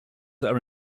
are